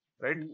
right